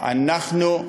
לדיור הציבורי.